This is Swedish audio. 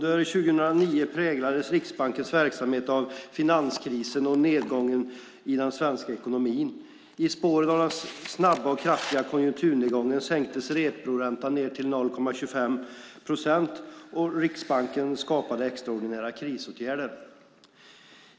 Fru talman! Under 2009 präglades Riksbankens verksamhet av finanskrisen och nedgången i den svenska ekonomin. I spåren av den snabba och kraftiga konjunkturnedgången sänktes reporäntan ned till 0,25 procent, och Riksbanken genomförde extraordinära krisåtgärder.